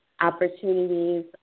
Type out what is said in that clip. opportunities